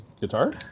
guitar